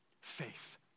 Faith